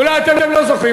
אולי אתם לא זוכרים,